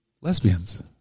Lesbians